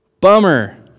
Bummer